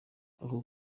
ako